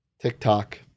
TikTok